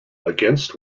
against